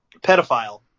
pedophile